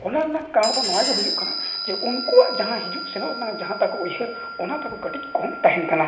ᱚᱱᱟ ᱨᱮᱱᱟᱜ ᱠᱟᱨᱚᱱ ᱫᱚ ᱱᱚᱣᱟ ᱜᱮ ᱦᱩᱭᱩᱜ ᱠᱟᱱᱟ ᱩᱱᱠᱩᱣᱟᱜ ᱦᱤᱡᱩᱜ ᱥᱮᱱᱚᱜ ᱨᱮᱱᱟᱜ ᱡᱟᱦᱟᱸ ᱛᱟᱠᱚ ᱩᱭᱦᱟᱹᱨ ᱚᱱᱟ ᱛᱟᱠᱚ ᱠᱟᱹᱴᱤᱡ ᱠᱚᱢ ᱛᱟᱦᱮᱱ ᱠᱟᱱᱟ